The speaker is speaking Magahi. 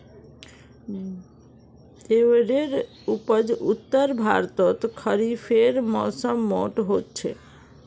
ज्वारेर उपज उत्तर भर्तोत खरिफेर मौसमोट होचे